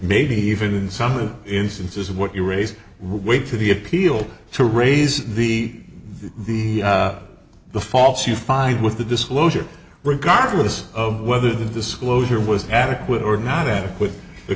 maybe even in some instances what you raise wait to the appeal to raise the the the false you find with the disclosure regardless of whether the disclosure was adequate or not adequate the